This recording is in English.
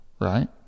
right